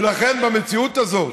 ולכן, במציאות הזאת,